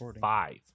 five